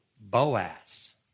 Boaz